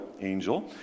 angel